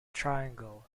triangle